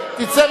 תצא.